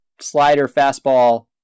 slider-fastball